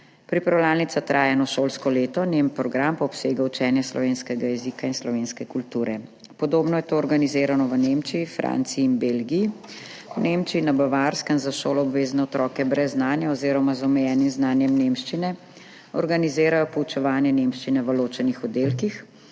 Pripravljalnica traja eno šolsko leto, njen program pa obsega učenje slovenskega jezika in slovenske kulture. Podobno je to organizirano v Nemčiji, Franciji in Belgiji. V Nemčiji, na Bavarskem, za šoloobvezne otroke brez znanja oziroma z omejenim znanjem nemščine organizirajo poučevanje nemščine v ločenih oddelkih.